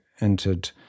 entered